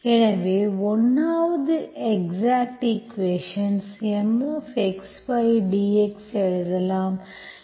எனவே 1 வது exact equations Mxy dx எழுதலாம்